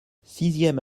sixième